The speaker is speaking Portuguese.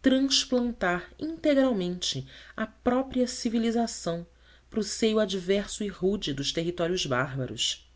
transplantar integralmente a própria civilização para o seio adverso e rude dos territórios bárbaros